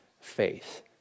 faith